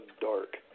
dark